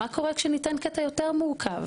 מה קורה כשניתן קטע יותר מורכב?